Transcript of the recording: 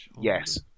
Yes